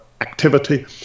activity